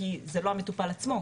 כי זה לא המטופל עצמו,